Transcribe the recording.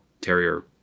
Terrier